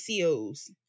COs